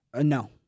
No